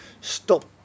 stop